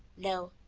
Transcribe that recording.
no,